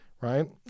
right